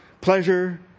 pleasure